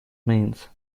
means